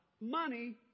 money